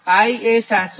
અને I એ 787